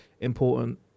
important